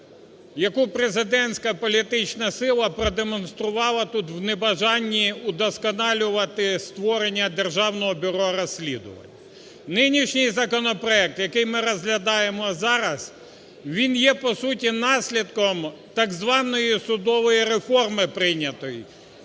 яку президентська політична сила продемонструвала тут в небажанні удосконалювати створення Державного бюро розслідувань. Нинішній законопроект, який ми розглядаємо зараз, він є по суті наслідком так званої судової реформи прийнятої